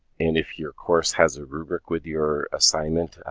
and if your course has a rubric with your assignment,